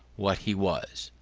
what he was.